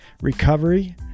recovery